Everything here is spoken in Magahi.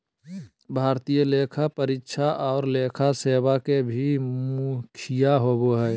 भारतीय लेखा परीक्षा और लेखा सेवा के भी मुखिया होबो हइ